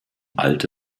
alte